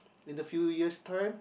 in the few years time